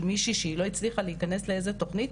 של מישהי שלא הצליחה להיכנס לאיזה תוכנית,